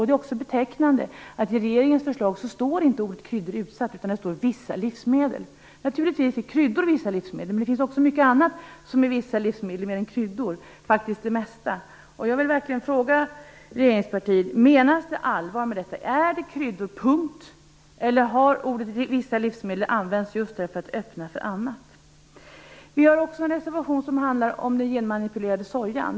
Det är också betecknande att det inte står "kryddor" i regeringens förslag utan "vissa livsmedel". Naturligtvis är kryddor vissa livsmedel. Men det finns också mycket annat utöver kryddor som är vissa livsmedel - faktiskt det mesta. Jag vill verkligen fråga regeringspartiet: Menar man allvar med det här? Menar man kryddor, punkt slut, eller har man använt "vissa livsmedel" just för att öppna möjligheterna för annat? Vi har också en reservation som handlar om genmanipulerad soja.